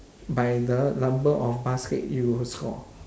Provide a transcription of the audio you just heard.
by the number of basket you score